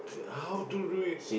how to do it